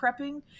prepping